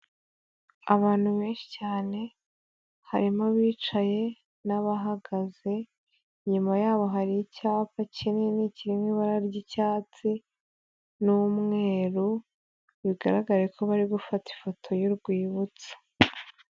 Abantu benshi cyane harimo abicaye n'abahagaze, inyuma yabo hari icyapa kinini kirimo ibara ry'icyatsi n'umweru, bigaragare ko bari gufata ifoto y'urwibutso.